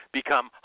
become